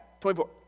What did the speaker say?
24